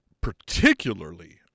particularly